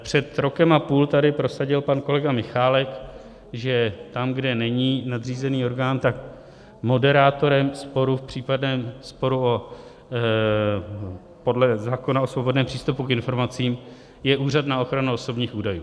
Před rokem a půl tady prosadil pan kolega Michálek, že tam, kde není nadřízený orgán, je moderátorem sporu v případném sporu podle zákona o svobodném přístupu k informacím Úřad na ochranu osobních údajů.